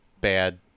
bad